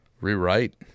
Rewrite